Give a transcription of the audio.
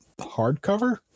hardcover